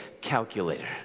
calculator